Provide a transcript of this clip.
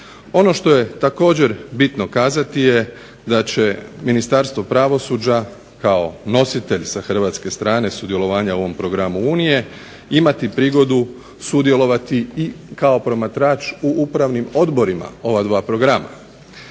Ono što je također bitno kazati je da će Ministarstvo pravosuđa kao nositelj sa hrvatske strane sudjelovanja u ovom programu Unije imati prigodu sudjelovati i kao promatrač u upravnim odborima ova dva programa.